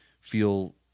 feel